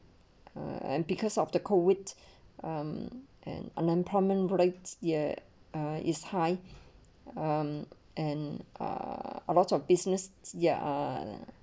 and because of the COVID um and unemployment rates ya uh is high um and uh lots of business ya err